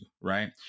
right